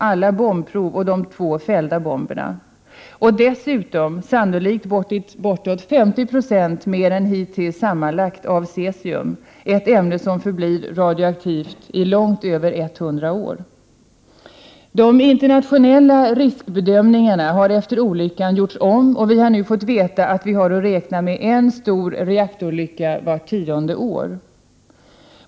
alla bombprov och de två fällda bomberna — och dessutom sannolikt bortåt 50 26 mer än hittills sammanlagt av cesium, ett ämne som förblir radioaktivt i långt mer än 100 år. De internationella riskbedömningarna har efter olyckan gjorts om, och vi har nu fått veta att vi har att räkna med en stor reaktorolycka vart tionde år.